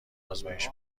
آزمایش